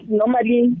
normally